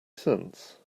cents